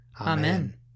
Amen